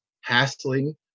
hassling